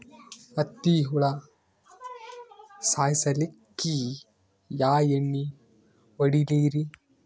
ಹತ್ತಿ ಹುಳ ಸಾಯ್ಸಲ್ಲಿಕ್ಕಿ ಯಾ ಎಣ್ಣಿ ಹೊಡಿಲಿರಿ?